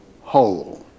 whole